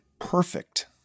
perfect